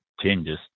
changes